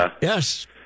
Yes